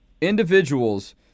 individuals